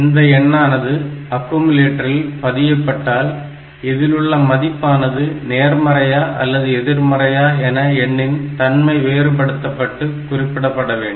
இந்த எண்ணானது அக்குமுலேட்டரில் பதியப்பட்டால் இதிலுள்ள மதிப்பானது நேர்மறையா அல்ல எதிர்மறையா என எண்ணின் தன்மை வேறுபடுத்தப்பட்டு குறிப்பிடப்பட வேண்டும்